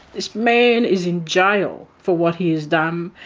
this man is in jail for what he has done,